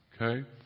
Okay